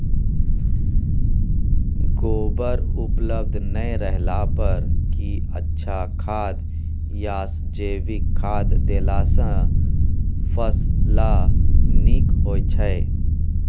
गोबर उपलब्ध नय रहला पर की अच्छा खाद याषजैविक खाद देला सॅ फस ल नीक होय छै?